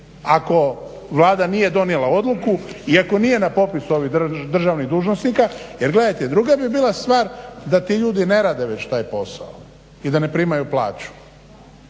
ako Vlada nije donijela odluku i ako nije na popisu ovih državnih dužnosnika jer gledajte druga bi bila stvar da ti ljudi ne rade već taj posao i da ne primaju plaću.